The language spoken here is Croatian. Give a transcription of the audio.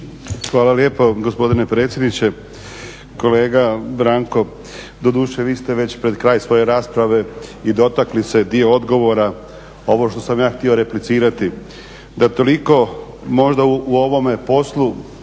Hvala lijepo gospodine predsjedniče. Kolega Branko, doduše vi ste već pred kraj svoje rasprave i dotakli se dio odgovora, ovo što sam ja htio replicirati, da toliko možda u ovome poslu